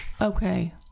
Okay